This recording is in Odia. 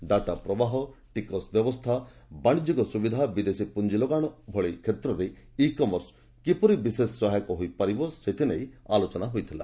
ଡାଟା ପ୍ରବାହ ଟିକସ ବ୍ୟବସ୍ଥା ବାଣିଜ୍ୟ ସୁବିଧା ବିଦେଶୀ ପୁଞ୍ଜି ଲଗାଣ ଭଳି କ୍ଷେତ୍ରରେ ଇ କମର୍ସ କିପରି ବିଶେଷ ସହାୟକ ହୋଇପାରିବ ସେ ବିଷୟରେ ଆଲୋଚନା ହୋଇଥିଲା